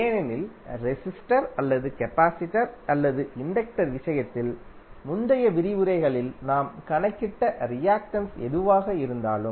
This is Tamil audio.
ஏனெனில் ரெசிஸ்டர் அல்லது கபாசிடர் அல்லது இண்டக்டர் விஷயத்தில் முந்தைய விரிவுரைகளில் நாம் கணக்கிட்ட ரியாக்டென்ஸ் எதுவாக இருந்தாலும்